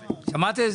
שמעתם?